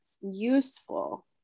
useful